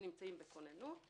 שנמצאים בכוננות,